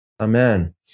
Amen